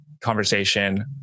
conversation